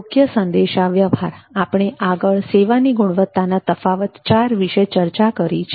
યોગ્ય સંદેશાવ્યવહાર આપણે આગળ સેવાની ગુણવત્તાના તફાવત 4 વિશે ચર્ચા કરી છે